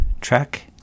track